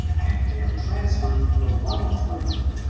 and they are transferred from one to another,